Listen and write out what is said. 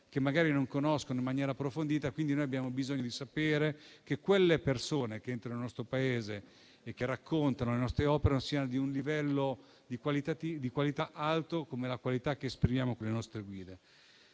che magari non conoscono in maniera approfondita. Noi abbiamo quindi bisogno di sapere che le persone che entrano nel nostro Paese e che raccontano le nostre opere siano di un livello qualitativo alto come quello che esprimiamo con le nostre guide.